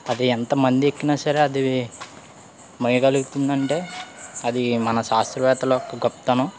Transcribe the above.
అది ఎంతమంది ఎక్కినా సరే అది మోయగలుగుతుంది అంటే అది మన శాస్త్రవేత్తల యొక్క గొప్పతనం